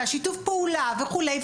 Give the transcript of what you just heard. שיתוף הפעולה וכולי,